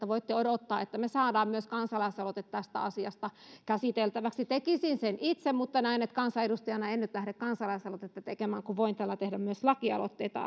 voitte odottaa että me saamme myös kansalaisaloitteen tästä asiasta käsiteltäväksi tekisin sen itse mutta näen että kansanedustajana en nyt lähde kansalaisaloitetta tekemään kun voin täällä tehdä myös lakialoitteita